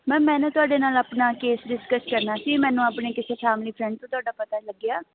ma'am ਮੈਂ ਨਾ ਤੁਹਾਡੇ ਨਾਲ਼ ਆਪਣਾ ਕੇਸ ਡਿਸਕਸ ਕਰਨਾ ਸੀ ਮੈਨੂੰ ਆਪਣੇ ਕਿਸੇ ਫੈਮਿਲੀ ਫ੍ਰੈਂਡ ਤੋਂ ਤੁਹਾਡਾ ਪਤਾ ਲੱਗਿਆ